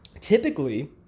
typically